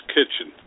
Kitchen